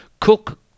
Cook